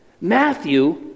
Matthew